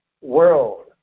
world